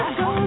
go